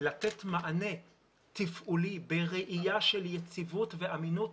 לתת מענה תפעולי בראייה של יציבות ואמינות